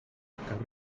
cap